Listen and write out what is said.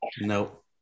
No